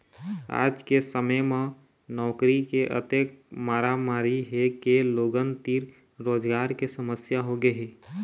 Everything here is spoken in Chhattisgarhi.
आज के समे म नउकरी के अतेक मारामारी हे के लोगन तीर रोजगार के समस्या होगे हे